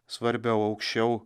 svarbiau aukščiau